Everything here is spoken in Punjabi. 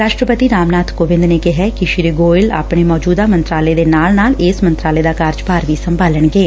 ਰਾਸ਼ਟਰਪਤੀ ਰਾਮ ਨਾਬ ਕੋਵਿੰਦ ਨੇ ਕਿਹੈ ਕਿ ਸ੍ਰੀ ਗੋਇਲ ਆਪਣੇ ਮੌਚੁਦਾ ਮੰਤਰਾਲੇ ਦੇ ਨਾਲ ਨਾਲ ਇਸ ਮੰਤਰਾਲੇ ਦਾ ਕਾਰਜਭਾਰ ਵੀ ਸੰਭਾਲਣਗੇ